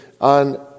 on